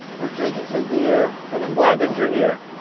we're drinking some beer and i'm glad that you're here.